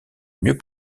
mieux